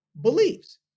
beliefs